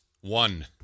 One